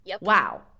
Wow